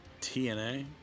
TNA